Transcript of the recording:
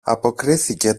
αποκρίθηκε